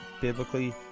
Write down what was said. biblically